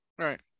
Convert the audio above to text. Right